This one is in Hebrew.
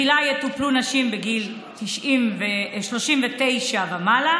ותחילה יטופלו נשים מגיל 39 ומעלה.